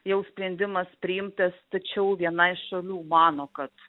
jau sprendimas priimtas tačiau viena iš šalių mano kad